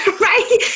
right